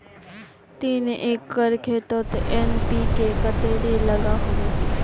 तीन एकर खेतोत एन.पी.के कतेरी लागोहो होबे?